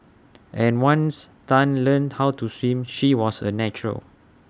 and once Tan learnt how to swim she was A natural